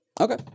Okay